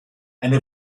eine